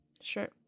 sure